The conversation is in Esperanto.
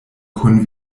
kun